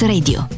Radio